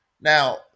Now